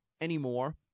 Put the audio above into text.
anymore